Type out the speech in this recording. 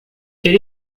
quel